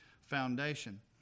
foundation